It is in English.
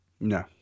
No